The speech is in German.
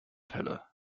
pille